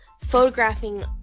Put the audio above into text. photographing